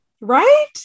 Right